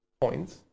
points